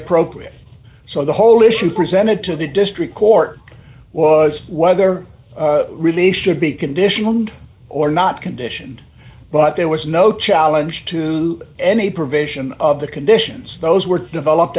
appropriate so the whole issue presented to the district court was whether release should be conditioned or not condition but there was no challenge to any provision of the conditions those were developed